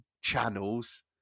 channels